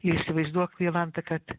ir įsivaizduok jolanta kad